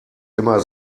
immer